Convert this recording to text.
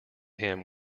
him